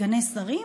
סגני שרים,